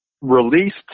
released